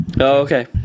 Okay